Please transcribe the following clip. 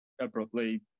abruptly